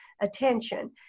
attention